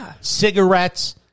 cigarettes